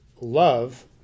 love